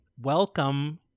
welcome